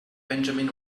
benjamin